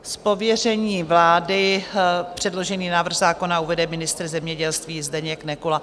Z pověření vlády předložený návrh zákona uvede ministr zemědělství Zdeněk Nekula.